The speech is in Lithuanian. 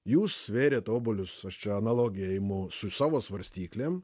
jūs svėrėt obuolius aš čia analogiją imu su savo svarstyklėm